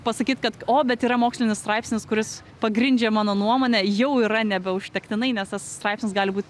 pasakyt kad o bet yra mokslinis straipsnis kuris pagrindžia mano nuomonę jau yra nebe užtektinai nes tas straipsnis gali būt